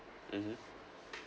mmhmm